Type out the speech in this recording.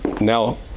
now